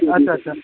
अच्छा अच्छा